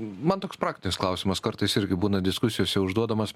man toks praktinis klausimas kartais irgi būna diskusijose užduodamas